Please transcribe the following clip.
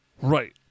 Right